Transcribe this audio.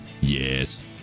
Yes